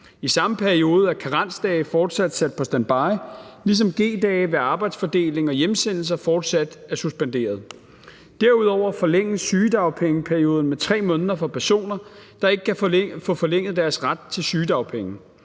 I samme periode er karensdage fortsat sat på standby, ligesom G-dage ved arbejdsfordeling og hjemsendelser fortsat er suspenderet. Derudover forlænges sygedagpengeperioden med 3 måneder for personer, der ikke kan få forlænget deres ret til sygedagpenge.